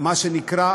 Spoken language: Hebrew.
מה שנקרא,